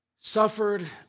suffered